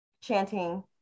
chanting